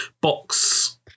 box